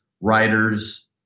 writers